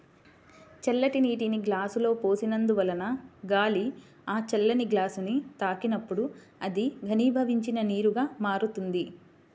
చల్లటి నీటిని గ్లాసులో పోసినందువలన గాలి ఆ చల్లని గ్లాసుని తాకినప్పుడు అది ఘనీభవించిన నీరుగా మారుతుంది